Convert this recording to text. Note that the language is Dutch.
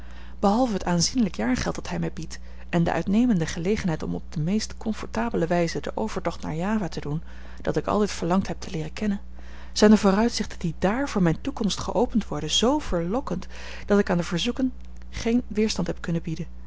behalve het aanzienlijk jaargeld dat hij mij biedt en de uitnemende gelegenheid om op de meest comfortable wijze den overtocht naar java te doen dat ik altijd verlangd heb te leeren kennen zijn de vooruitzichten die dààr voor mijne toekomst geopend worden zoo verlokkend dat ik aan de verzoeking geen weerstand heb kunnen bieden